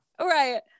right